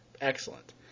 excellent